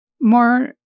more